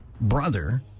brother